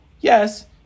Yes